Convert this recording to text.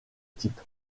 type